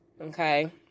Okay